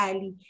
Ali